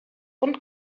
und